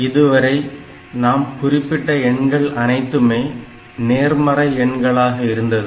இதுவரை நாம் குறிப்பிட்ட எண்கள் அனைத்துமே நேர்மறை எண்களாக இருந்தது